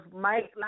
Mike